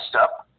up